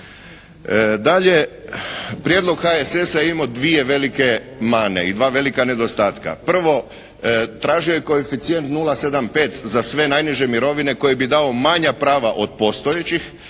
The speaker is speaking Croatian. Dalje, prijedlog HSS-a je imao dvije velike mane i dva velika nedostatka. Prvo, tražio je koeficijent 075 za sve najniže mirovine koji bi dao manja prava od postojećih,